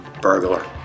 burglar